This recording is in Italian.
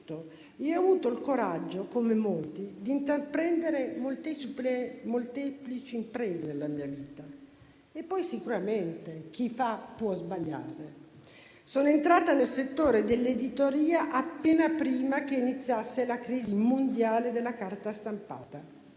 io ho avuto il coraggio, come molti, di intraprendere molteplici imprese nella mia vita e poi sicuramente chi fa può sbagliare. Sono entrata nel settore dell'editoria appena prima che iniziasse la crisi mondiale della carta stampata.